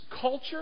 culture